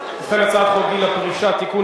את הצעת חוק גיל פרישה (תיקון,